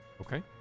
Okay